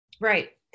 Right